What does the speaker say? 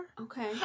Okay